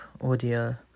audio